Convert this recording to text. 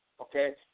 okay